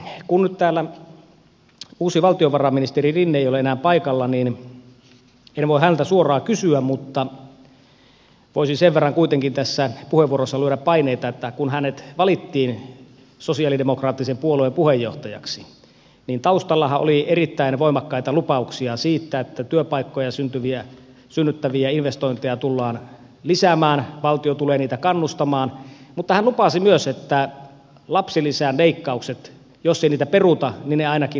kun nyt täällä uusi valtiovarainministeri rinne ei ole enää paikalla niin en voi häneltä suoraan kysyä mutta voisin sen verran kuitenkin tässä puheenvuorossa luoda paineita että kun hänet valittiin sosialidemokraattisen puolueen puheenjohtajaksi niin taustallahan oli erittäin voimakkaita lupauksia siitä että työpaikkoja synnyttäviä investointeja tullaan lisäämään valtio tulee niitä kannustamaan mutta hän lupasi myös että lapsilisän leikkauksia jos ei niitä peruta ainakin lähdetään muuttamaan